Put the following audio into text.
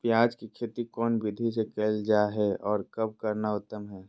प्याज के खेती कौन विधि से कैल जा है, और कब करना उत्तम है?